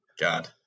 God